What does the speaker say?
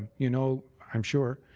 you know, i'm sure,